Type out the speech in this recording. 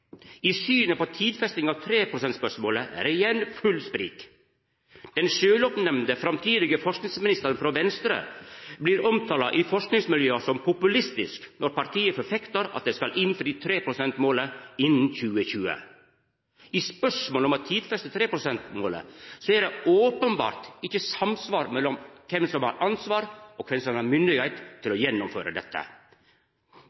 I synet på tidfesting av 3 pst.-målet er det igjen fullt sprik. Den sjølvoppnemnde framtidige forskingsministaren frå Venstre blir omtala i forskingsmiljøa som populistisk når partiet forfektar at dei skal innfri 3 pst.-målet innan 2020. I spørsmålet om å tidfesta 3 pst.-målet er det openbert ikkje samsvar mellom kven som har ansvaret og kven som har myndigheita til